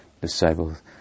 disciples